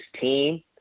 team